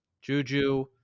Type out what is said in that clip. Juju